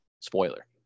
Spoiler